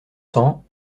cents